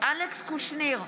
אלכס קושניר,